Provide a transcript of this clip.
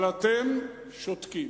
אבל אתם שותקים.